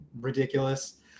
ridiculous